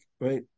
right